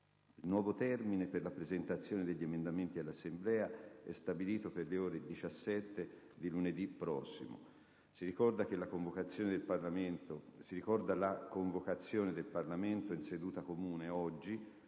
Il nuovo termine per la presentazione degli emendamenti all'Assemblea è stabilito per le ore 17 di lunedì prossimo. Si ricorda la convocazione del Parlamento in seduta comune oggi,